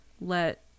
let